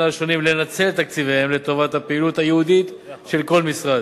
השונים לנצל את תקציביהם לטובת הפעילות הייעודית של כל משרד.